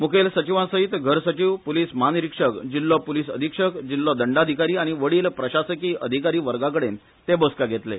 मुखेल सचिवांसयत घर सचिव पुलिस म्हानिरिक्षक जिल्हो पुलिस अधीक्षक जिल्हो दंडाधिकारी आनी वडील प्रशासकीय अधिकारी वर्गाकडेन ते बसका घेतले